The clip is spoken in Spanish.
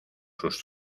sus